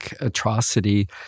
atrocity